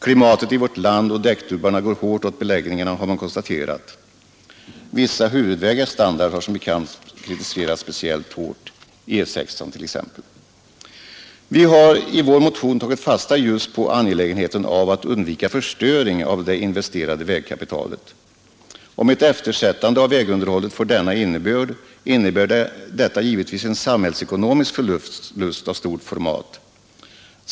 Klimatet i vårt land och däckdubbarna går hårt åt beläggningarna, har man konstaterat. Vissa huvudvägars standard har som bekant kritiserats speciellt hårt — E 6 t.ex. Vi har i vår motion tagit fasta just på angelägenheten av att undvika förstöring av det investerade vägkapitalet. Om ett eftersättande av vägunderhållet får denna innebörd innebär detta givetvis en samhällsekonomisk förlust av stort format.